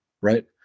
right